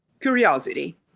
Curiosity